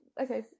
okay